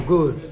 Good